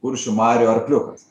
kuršių marių arkliukas